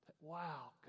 Wow